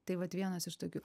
tai vat vienas iš tokių